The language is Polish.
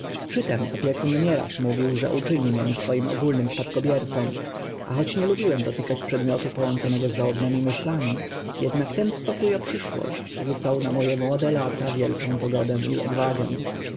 tym opiekun nieraz mówił że uczyni mię swoim ogólnym spadkobiercą a choć nie lubiłem dotykać przedmiotu połączonego z żałobnymi myślami ednak ten spokó o przyszłość rzucał na mo e młode lata wielką pogodę i odwagę